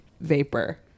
vapor